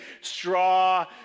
straw